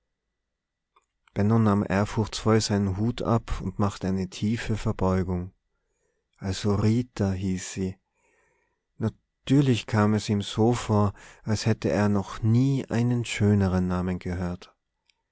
nahm ehrfurchtsvoll seinen hut ab und machte eine tiefe verbeugung also rita hieß sie natürlich kam es ihm so vor als hätte er noch nie einen schöneren namen gehört